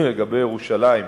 לגבי ירושלים.